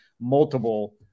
multiple